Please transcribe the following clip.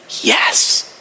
yes